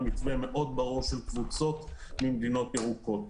הוא מתווה ברור מאוד של קבוצות ממדינות ירוקות.